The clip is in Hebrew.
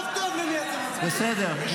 תקראו טוב טוב את החוק --- תקראו טוב טוב את החוק הזה.